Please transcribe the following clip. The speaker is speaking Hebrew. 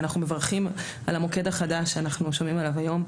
אנחנו מברכים על המוקד החדש שאנחנו שומעים עליו היום,